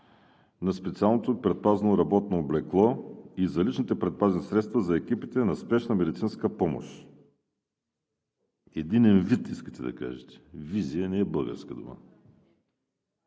на специалното и предпазно работно облекло и за личните предпазни средства за екипите на Спешна медицинска помощ. Единен вид искате да кажете. Визия не е българска дума.